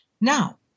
Now